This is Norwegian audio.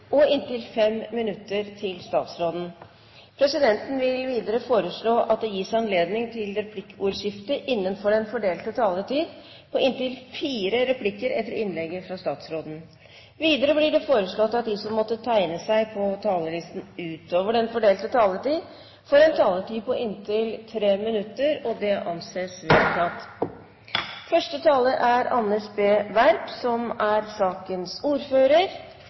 og inntil 5 minutter til statsråden. Videre vil presidenten foreslå at det gis anledning til replikkordskifte på inntil tre replikker etter innlegget fra statsråden innenfor den fordelte taletid. Videre blir det foreslått at de som måtte tegne seg på talerlisten utover den fordelte taletid, får en taletid på inntil 3 minutter. – Det anses vedtatt. Heller ikke i denne saken ønsker sakens ordfører,